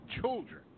children